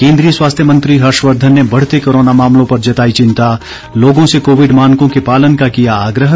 केन्द्रीय स्वास्थ्य मंत्री हर्षवर्धन ने बढ़ते कोरोना मामलों पर जताई चिंता लोगों से कोविड मानकों के पालन का किया आग्रह